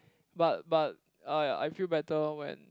but but I I feel better when